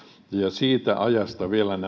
siitä ajasta vielä nämä